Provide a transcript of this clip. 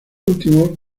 últimos